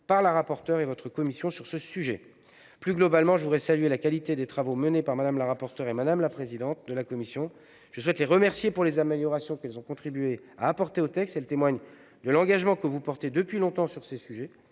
par la rapporteure et votre commission. Plus globalement, je veux saluer la qualité des travaux menés par Mme la rapporteure et Mme la présidente de la commission. Je les remercie des améliorations qu'elles ont contribué à apporter au texte. Elles témoignent de leur engagement et de leur vigilance, depuis longtemps, sur ces questions.